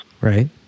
Right